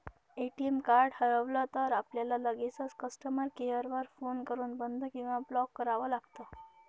ATM card हरवलं तर, आपल्याला लगेचच कस्टमर केअर वर फोन करून बंद किंवा ब्लॉक करावं लागतं